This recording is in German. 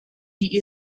die